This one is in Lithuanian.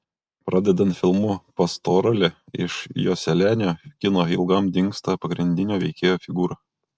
pradedant filmu pastoralė iš joselianio kino ilgam dingsta pagrindinio veikėjo figūra